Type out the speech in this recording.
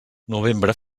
novembre